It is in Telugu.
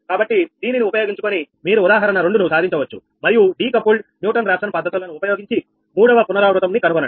కాబట్టి దీనిని ఉపయోగించుకొని మీరు ఉదాహరణ రెండును సాధించవచ్చు మరియు డి కపుల్డ్ న్యూటన్ రాఫ్సన్ పద్ధతులను ఉపయోగించి మూడవ పునరావృతం ని కనుగొనండి